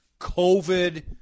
COVID